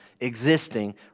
existing